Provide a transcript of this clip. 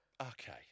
okay